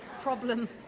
Problem